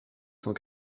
cent